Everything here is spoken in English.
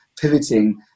pivoting